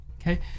Okay